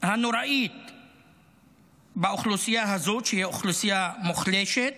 הנוראה באוכלוסייה הזאת, שהיא אוכלוסייה מוחלשת,